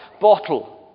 bottle